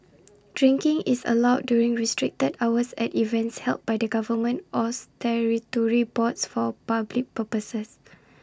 drinking is allowed during restricted hours at events held by the government or statutory boards for A public purposes